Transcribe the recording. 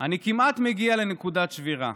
אני כמעט מגיע לנקודת שבירה,